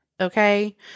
okay